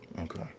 okay